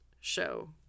show